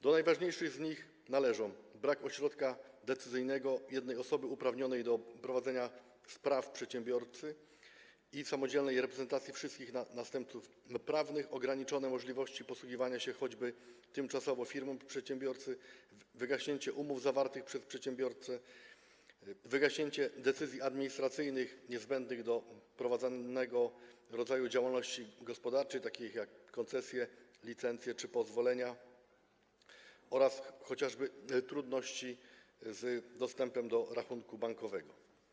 Do najważniejszych z nich należą: brak ośrodka decyzyjnego, jednej osoby uprawnionej do prowadzenia spraw przedsiębiorcy i samodzielnej reprezentacji wszystkich następców prawnych, ograniczone możliwości posługiwania się choćby tymczasowo firmą przedsiębiorcy, wygaśnięcie umów zawartych przez przedsiębiorcę, wygaśnięcie decyzji administracyjnych niezbędnych do prowadzonego rodzaju działalności gospodarczej, takich jak koncesje, licencje czy pozwolenia, oraz chociażby trudności z dostępem do rachunku bankowego.